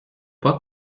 pas